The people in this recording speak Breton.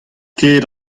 ket